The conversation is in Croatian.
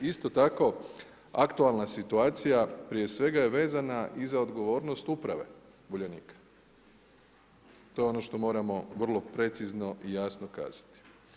Isto tako, aktualna situacija prije svega je vezana i za odgovornost uprave Uljanika, to je ono što moramo vrlo precizno i jasno kazati.